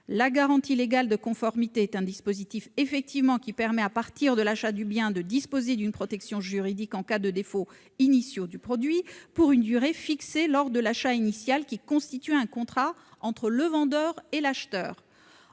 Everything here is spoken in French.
La garantie légale de conformité est un dispositif qui permet, à partir de l'achat du bien, de disposer d'une protection juridique en cas de défauts initiaux du produit, pour une durée fixée lors de l'achat initial ; cela constitue donc un contrat entre le vendeur et l'acheteur.